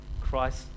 Christ